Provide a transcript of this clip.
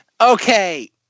Okay